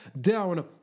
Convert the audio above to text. down